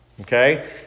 Okay